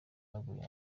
baguye